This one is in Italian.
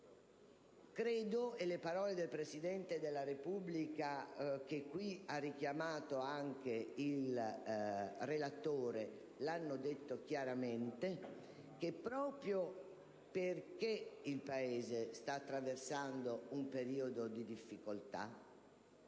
alcune. Le parole del Presidente della Repubblica, che ha richiamato anche il relatore, hanno detto chiaramente che il Paese sta attraversando un periodo di difficoltà